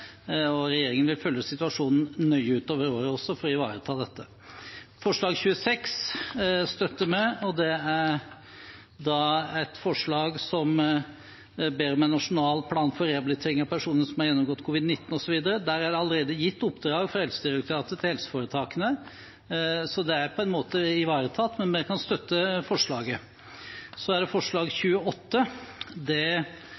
og regjeringen vil følge situasjonen nøye utover året også for å ivareta dette. Forslag nr. 26 støtter vi, det er et forslag der en ber om «en nasjonal plan for rehabilitering av personer som har gjennomgått COVID-19» osv. Der er det allerede gitt oppdrag fra Helsedirektoratet til helseforetakene, så det er på en måte ivaretatt, men vi kan støtte forslaget. Så er det forslag nr. 28. Det